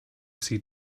sie